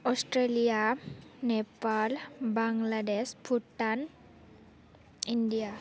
Australia Nepal Bangladesh Bhutan India